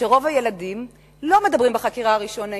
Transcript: שרוב הילדים לא מדברים בחקירה הראשונית.